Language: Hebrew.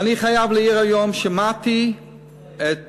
ואני חייב להעיר היום, שמעתי את